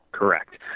Correct